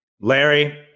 Larry